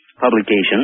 publication